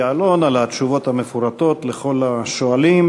יעלון על התשובות המפורטות לכל השואלים,